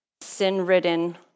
sin-ridden